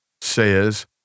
says